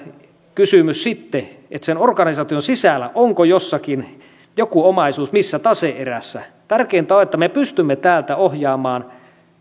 kysymys sitten että onko sen organisaation sisällä jossakin joku omaisuus missä tase erässä tärkeintä on että pystymme täältä ohjaamaan